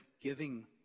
giving